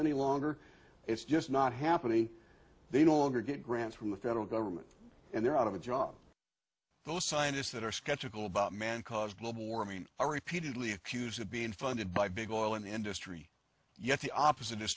any longer it's just not happening they no longer get grants from the federal government and they're out of a job those scientists that are skeptical about man caused global warming are repeatedly accused of being funded by big oil industry yet the opposite is